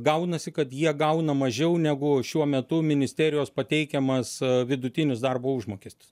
gaunasi kad jie gauna mažiau negu šiuo metu ministerijos pateikiamas vidutinis darbo užmokestis